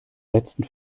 letzten